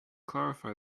clarify